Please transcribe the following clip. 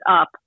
up